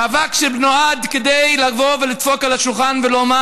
מאבק שנועד לבוא ולדפוק על השולחן ולומר: